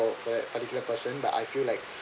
for particular person but I feel like